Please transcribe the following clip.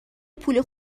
پول